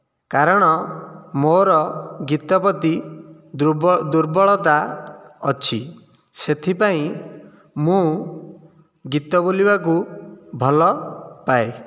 କାରଣ ମୋର ଗୀତ ପ୍ରତି ଦୁର୍ବଳତା ଅଛି ସେଥିପାଇଁ ମୁଁ ଗୀତ ବୋଲିବାକୁ ଭଲ ପାଏ